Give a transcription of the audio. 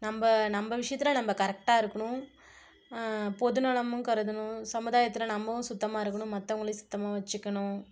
நம்ம நம்ம விஷயத்துல நம்ப கரெக்டாக இருக்கணும் பொதுநலமும் கருதணும் சமுதாயத்தில் நம்மளும் சுத்தமாக இருக்கணும் மற்றவங்களையும் சுத்தமாக வச்சுக்கணும்